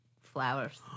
flowers